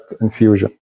infusion